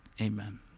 amen